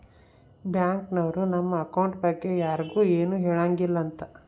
bank ನವ್ರು ನಮ್ account ಬಗ್ಗೆ ಯರ್ಗು ಎನು ಹೆಳಂಗಿಲ್ಲ ಅಂತ